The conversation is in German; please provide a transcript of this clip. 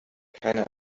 keine